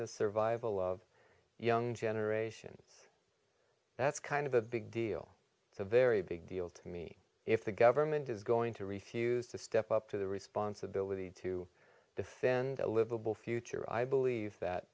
the survival of young generations that's kind of a big deal it's a very big deal to me if the government is going to refuse to step up to the responsibility to defend a livable future i believe that